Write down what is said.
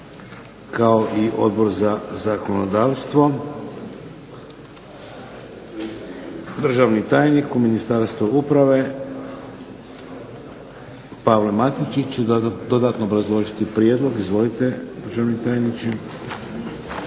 kao i Odbor za zakonodavstvo. Državni tajnik u Ministarstvu uprave Pavle Matičić će dodatno obrazložiti prijedlog. Izvolite. **Matičić,